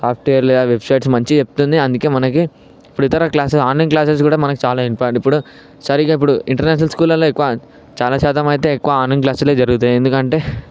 software ల websites మంచిగా చెప్తుంది అందుకే మనకి ఇతర క్లాస్ ఆన్లైన్ క్లాసెస్ కూడా మనకి చాలా ఇంపార్టెంట్ ఇప్పుడు సరిగా ఇప్పుడు ఇంటర్నేషనల్ స్కూల్లలో ఎక్కువ చాలా శాతం అయితే ఎక్కువ ఆన్లైన్ క్లాసులే జరుగుతాయి ఎందుకంటే